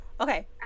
Okay